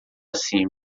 cima